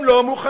הם לא מוכנים,